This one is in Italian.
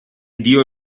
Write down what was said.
dio